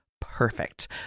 perfect